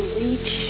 reach